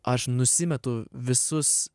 aš nusimetu visus